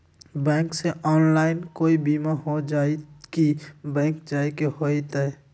Bank से online कोई बिमा हो जाई कि बैंक जाए के होई त?